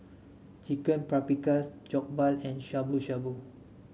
Chicken Paprikas Jokbal and Shabu Shabu